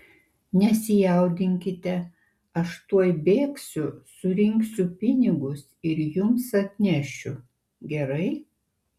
nesijaudinkite aš tuoj bėgsiu surinksiu pinigus ir jums atnešiu gerai